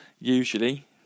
usually